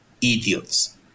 idiots